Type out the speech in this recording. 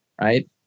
right